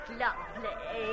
lovely